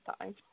time